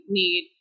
need